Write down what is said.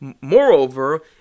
moreover